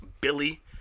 Billy